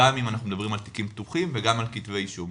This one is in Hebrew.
גם אם אנחנו מדברים על תיקים פתוחים וגם על כתבי אישום.